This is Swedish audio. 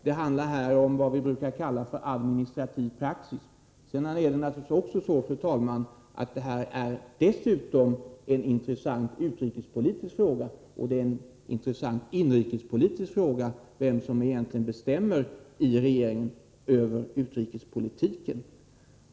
Sedan är det naturligtvis också så, fru talman, att det är en intressant utrikespolitisk fråga, liksom en viktig inrikespolitisk fråga, vem i regeringen som egentligen bestämmer över utrikespolitiken.